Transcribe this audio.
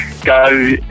go